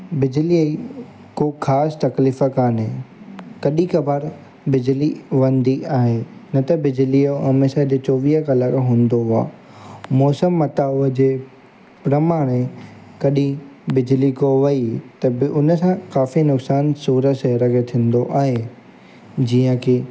बिजलीअ जी को ख़ासि तकलीफ़ु कोन्हे कॾहिं कबार बिजली वेंदी आहे न त बिजली जो हमेशा जीअं चोवीह कलाक हूंदो आहे मौसम मटाव जे प्रमाणे कॾहिं बिजली को वई त उन सां काफ़ी नुक़सानु सूरत शहर जो थींदो आहे जीअं की